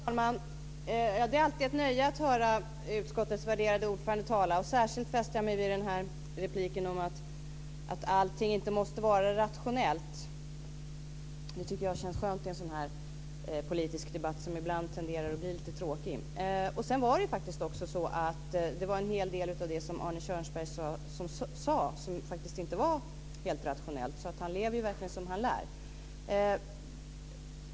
Fru talman! Det är alltid ett nöje att höra utskottets värderade ordförande tala. Särskilt fäste jag mig vid repliken om att allting inte måste vara rationellt. Det tycker jag känns skönt i en sådan här politisk debatt som ibland tenderar att bli lite tråkig. Sedan var det en hel del av det som Arne Kjörnsberg sade som faktiskt inte var helt rationellt, så han lever ju verkligen som han lär.